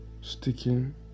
sticking